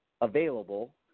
available